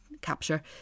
capture